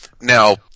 Now